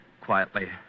quietly